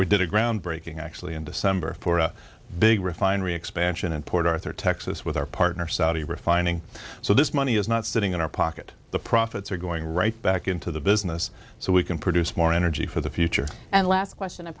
we did a groundbreaking actually in december for a big refinery expansion in port arthur texas with our partner saudi refining so this money is not sitting in our pocket the profits are going right back into the business so we can produce more energy for the future and last question i